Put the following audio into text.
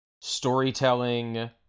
storytelling